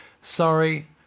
Sorry